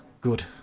Good